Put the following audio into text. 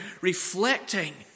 reflecting